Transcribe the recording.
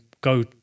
go